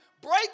Break